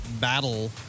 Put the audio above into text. Battle